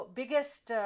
biggest